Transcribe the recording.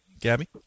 Gabby